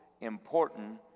important